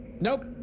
Nope